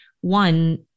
One